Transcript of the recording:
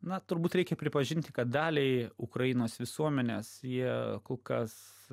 na turbūt reikia pripažinti kad daliai ukrainos visuomenės jie kol kas